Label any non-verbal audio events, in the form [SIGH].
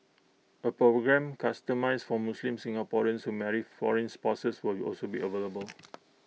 A programme customised for Muslim Singaporeans who marry foreign spouses will also be available [NOISE]